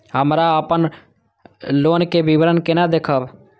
हमरा अपन लोन के विवरण केना देखब?